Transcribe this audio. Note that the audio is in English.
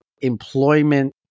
employment